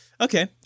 Okay